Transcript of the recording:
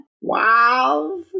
Wow